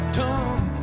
tongue